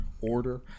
order